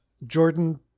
Jordan